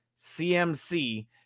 CMC